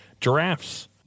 giraffe's